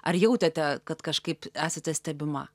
ar jautėte kad kažkaip esate stebima